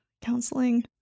counseling